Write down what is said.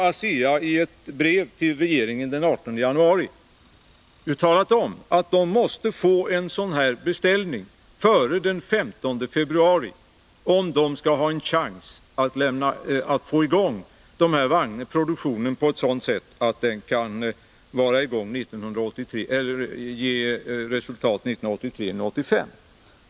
ASEA har i ett brev till regeringen av den 18 januari talat om att man måste få en sådan beställning före den 15 februari om företaget skall ha en chans att få i gång produktionen på ett sådant sätt att den kan ge resultat 1983-1985.